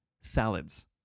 salads